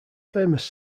famous